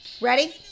Ready